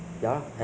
okay